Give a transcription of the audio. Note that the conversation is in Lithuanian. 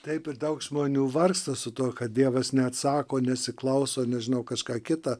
taip ir daug žmonių vargsta su tuo kad dievas neatsako nesiklauso nežinau kažką kita